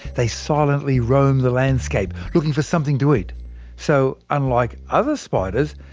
they silently roam the landscape, looking for something to eat so unlike other spiders,